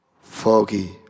foggy